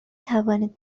توانید